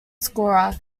scorer